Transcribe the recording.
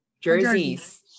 Jerseys